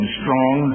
strong